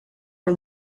for